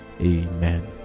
Amen